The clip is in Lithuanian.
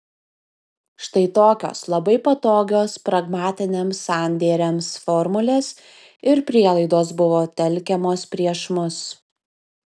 štai tokios labai patogios pragmatiniams sandėriams formulės ir prielaidos buvo telkiamos prieš mus